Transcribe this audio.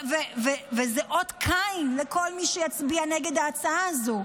זה אות קין לכל מי שיצביע נגד ההצעה הזו.